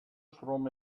from